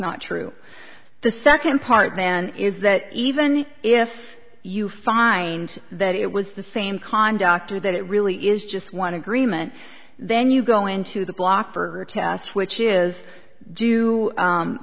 not true the second part then is that even if you find that it was the same conduct or that it really is just one agreement then you go into the block for tests which is do